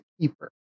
keeper